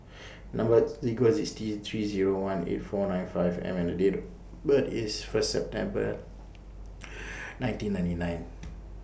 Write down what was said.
Number sequence IS T three Zero one eight four nine five M and Date of birth IS First September nineteen ninety nine